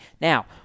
Now